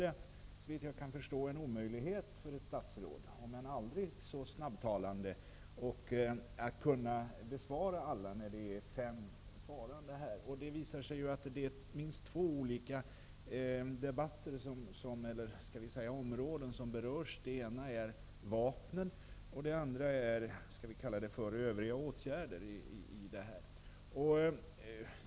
Det är såvitt jag förstår en omöjlighet för ett statsråd, om än aldrig så snabbtalande, att samtidigt besvara alla frågor från fem frågande. Det visar sig att det är minst två olika områden som berörs. Ett är vapnen, därtill alla övriga åtgärder.